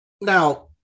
Now